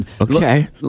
Okay